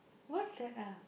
what's set-up